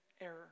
error